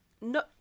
no